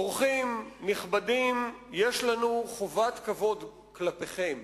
אורחים נכבדים, יש לנו חובת כבוד כלפיכם.